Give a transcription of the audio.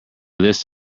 list